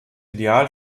ideal